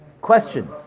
question